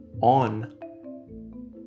On